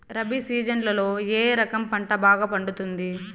రబి సీజన్లలో ఏ రకం పంట బాగా పండుతుంది